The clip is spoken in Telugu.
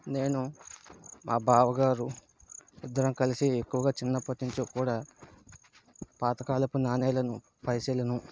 నేను మా బావ గారు ఇద్దరం కలిసి ఎక్కువగా చిన్నప్పటి నుంచి కూడా పాత కాలపు నాణాలను పైసెలను